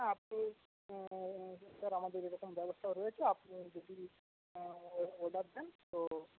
হ্যাঁ আছে স্যার আমাদের এরকম ব্যবস্থা রয়েছে আপনি যদি অর্ডার দেন তো